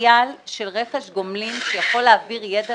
פוטנציאל של רכש גומלין שיכול להעביר ידע